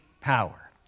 power